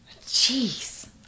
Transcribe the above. Jeez